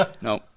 No